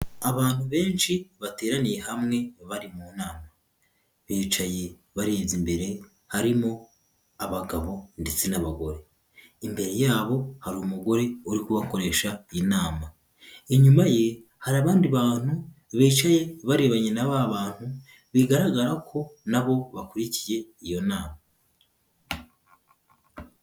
Abantu benshi bateraniye hamwe bari mu nama. Bicaye barebye imbere, harimo abagabo ndetse n'abagore. Imbere yabo hari umugore uri kubakoresha inama. Inyuma ye hari abandi bantu bicaye barebanye na ba bantu, bigaragara ko na bo bakurikiye iyo nama.